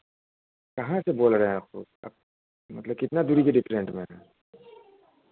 कहाँ से बोल रहे हैं आप मतलब कितना दूरी के डिफ़रेन्ट में हैं